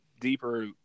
deeper